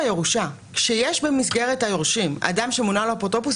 כשיש במסגרת היורשים אדם שמונה לו אפוטרופוס,